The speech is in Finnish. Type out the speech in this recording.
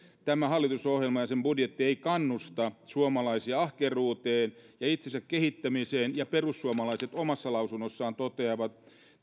tämä hallitusohjelma ja sen budjetti ei kannusta suomalaisia ahkeruuteen ja itsensä kehittämiseen perussuomalaiset omassa lausunnossaan toteavat